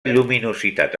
lluminositat